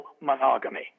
monogamy